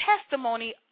Testimony